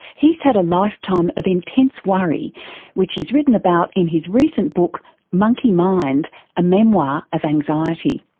he's had a lifetime of intense worry which he's written about in his recent book monkey mind a memoir of anxiety.